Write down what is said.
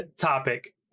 topic